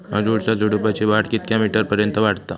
अडुळसा झुडूपाची वाढ कितक्या मीटर पर्यंत वाढता?